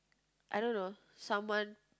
I don't know someone